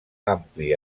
ampli